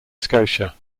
scotia